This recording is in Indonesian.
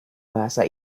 bahasa